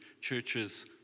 churches